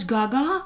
Gaga